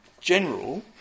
general